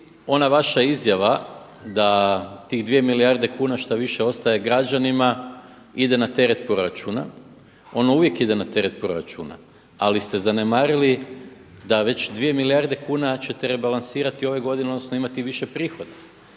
ona vaša izjava da tih 2 milijarde kuna što više ostaje građanima ide na teret proračuna. Ono uvijek ide na teret proračuna ali ste zanemarili da već 2 milijarde kuna ćete rebalansirati ove godine, odnosno imati više prihoda.